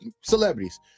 celebrities